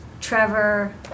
Trevor